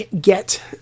get